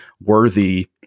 worthy